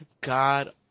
God